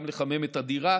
גם לחמם את הדירה.